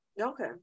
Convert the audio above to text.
okay